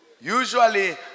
Usually